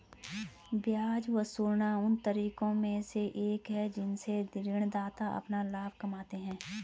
ब्याज वसूलना उन तरीकों में से एक है जिनसे ऋणदाता अपना लाभ कमाते हैं